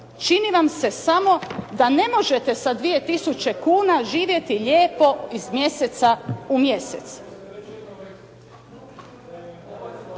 Čini vam se samo da ne možete sa 2000 kuna živjeti lijepo iz mjeseca u mjesec.